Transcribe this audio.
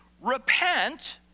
Repent